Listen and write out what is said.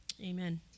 amen